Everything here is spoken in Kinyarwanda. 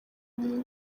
muri